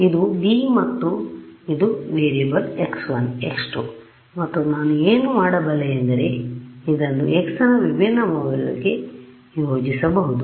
ಇದು D ಮತ್ತು ಇದು ಎರಡು ವೇರಿಯಬಲ್ x1 x2 ಮತ್ತು ನಾನು ಏನು ಮಾಡಬಲ್ಲೆ ಎಂದರೆ ನಾನು ಇದನ್ನು x ನ ವಿಭಿನ್ನ ಮೌಲ್ಯಗಳಿಗೆ ಯೋಜಿಸಬಹುದು